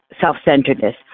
self-centeredness